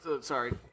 sorry